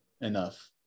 enough